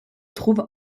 trouve